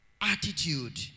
attitude